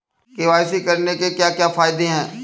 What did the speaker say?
KYC करने के क्या क्या फायदे हैं?